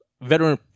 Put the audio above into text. veteran